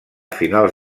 finals